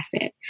asset